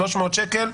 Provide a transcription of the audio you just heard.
300 שקלים,